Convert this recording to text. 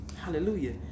hallelujah